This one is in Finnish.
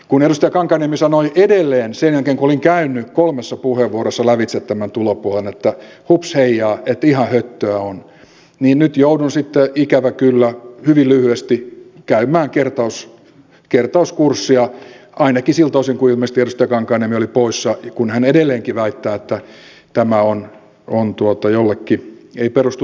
kun edustaja kankaanniemi sanoi edelleen sen jälkeen kun olin käynyt kolmessa puheenvuorossa lävitse tämän tulopuolen että hupsheijaa ihan höttöä on niin nyt joudun sitten ikävä kyllä hyvin lyhyesti käymään kertauskurssia ainakin siltä osin kun ilmeisesti edustaja kankaanniemi oli poissa koska hän edelleenkin väittää että tämä ei perustu todellisuuteen